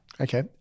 Okay